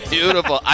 Beautiful